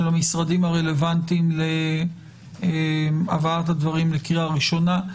המשרדים הרלוונטיים להבאת הדברים לקריאה ראשונה.